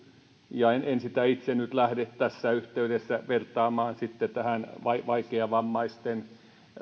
ja en en sitä itse nyt lähde tässä yhteydessä vertaamaan sitten tähän vaikeavammaisten